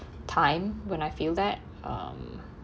time when I feel that um